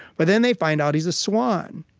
but then they find out he's a swan.